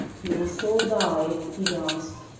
we must all die, he gasped,